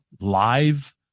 live